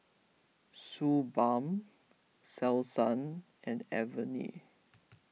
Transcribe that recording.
Suu Balm Selsun and Avene